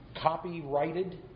copyrighted